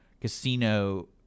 casino